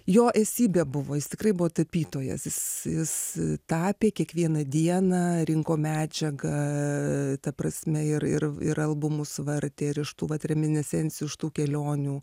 jo esybė buvo jis tikrai buvo tapytojas jis jis tapė kiekvieną dieną rinko medžiagą ta prasme ir ir ir albumus vartė ir iš tų vat reminiscencijų iš tų kelionių